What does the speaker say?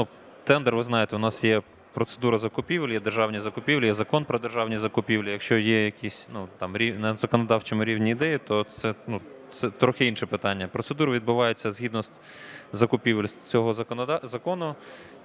тендер, ви знаєте, у нас є процедура закупівлі, є державні закупівлі, є Закон про державні закупівлі. Якщо є якісь на законодавчому рівні ідеї, то це трохи інше питання. Процедура відбувається згідно закупівель з цього закону.